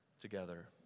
together